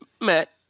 Matt